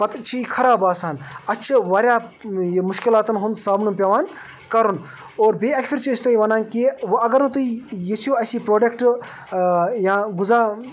پتہٕ چھِ یہِ خراب آسان اَسہِ چھِ واریاہ یہِ مُشکلاتَن ہُنٛد سامنہٕ پٮ۪وان کَرُن اور بیٚیہِ اَکہِ پھِرِ چھِ أسۍ تۄہہِ وَنان کہِ وَ اگر نہٕ تُہۍ یژھِو اَسہِ یہِ پرٛوڈَکٹ یا غذا